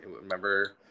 Remember